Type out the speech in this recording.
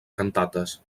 cantates